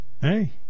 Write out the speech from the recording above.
Hey